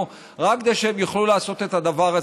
רק כדי שהם יוכלו לעשות את הדבר הזה.